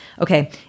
okay